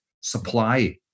supply